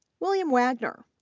william wagner,